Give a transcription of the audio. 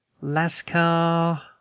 Lascar